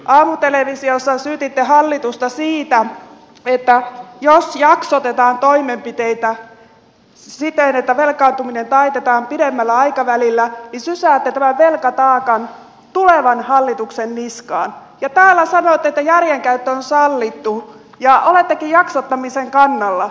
aamutelevisiossa syytitte hallitusta siitä että jos jaksotetaan toimenpiteitä siten että velkaantuminen taitetaan pidemmällä aikavälillä niin sysätään tämä velkataakka tulevan hallituksen niskaan ja täällä sanoitte että järjenkäyttö on sallittu ja olettekin jaksottamisen kannalla